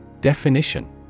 Definition